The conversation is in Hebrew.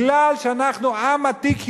כי אנחנו עם עתיק יומין,